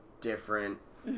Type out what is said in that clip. different